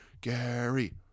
Gary